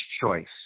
choice